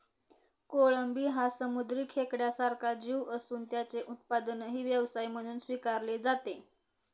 कोळंबी हा समुद्री खेकड्यासारखा जीव असून त्याचे उत्पादनही व्यवसाय म्हणून स्वीकारले जाते